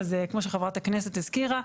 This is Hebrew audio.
אז כמו שחברת הכנסת הזכירה,